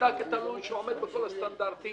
בדק את הלול שעומד בכל הסטנדרטים.